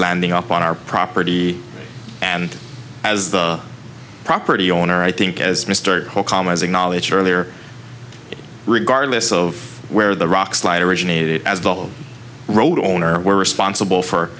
landing up on our property and as the property owner i think as mr holcombe has acknowledged earlier regardless of where the rockslide originated as the road owner we're responsible for